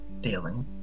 dealing